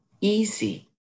easy